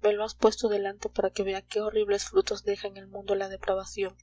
me lo has puesto delante para que vea qué horribles frutos deja en el mundo la depravación